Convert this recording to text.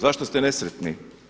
Zašto ste nesretni?